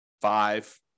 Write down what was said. five